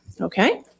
Okay